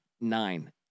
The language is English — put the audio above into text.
nine